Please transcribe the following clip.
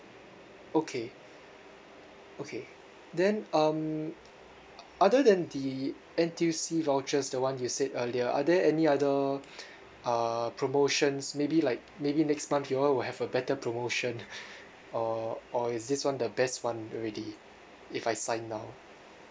okay okay then um other than the N_T_U_C vouchers the [one] you said earlier are there any other uh promotions maybe like maybe next month you all will have a better promotion or or is this [one] the best [one] already if I sign now